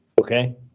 okay